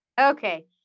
Okay